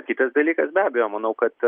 kitas dalykas be abejo manau kad